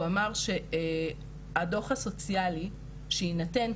הוא אמר שהדוח הסוציאלי שיינתן,